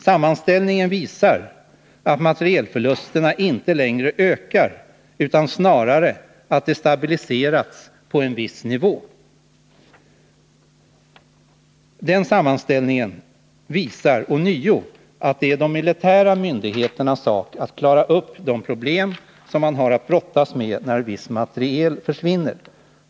Sammanställningen visar att materielförlusterna inte längre ökar, utan snarare har stabiliserats på en viss nivå. Detta är ytterligare ett belägg för att det är de militära myndigheternas sak att klara upp de problem som man har att brottas med när viss materiel försvinner.